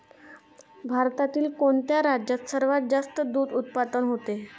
भारतातील कोणत्या राज्यात सर्वात जास्त दूध उत्पादन होते?